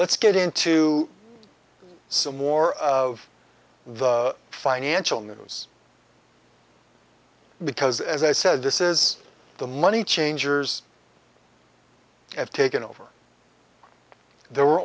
let's get into some more of the financial news because as i said this is the money changers have taken over there were